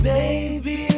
Baby